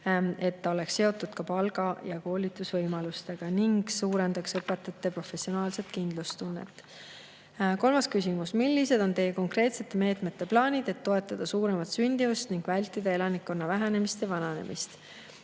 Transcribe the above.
et see oleks seotud palga ja koolitusvõimalustega ning suurendaks õpetajate professionaalset kindlustunnet. Kolmas küsimus: "Millised on teie konkreetsed meetmed ja plaanid, et toetada suuremat sündivust ning vältida elanikkonna vähenemist ja vananemist?"